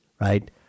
right